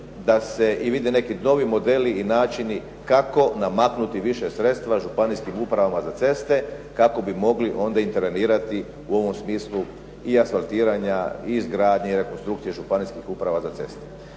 da se i vide neki novi modeli i načini kako namaknuti više sredstava županijskim upravama za ceste kako bi mogli onda intervenirati u ovom smislu i asfaltiranja, i izgradnje i rekonstrukcije županijskih uprava za ceste,